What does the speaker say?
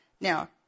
Now